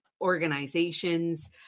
organizations